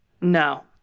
No